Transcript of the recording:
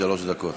שלוש דקות.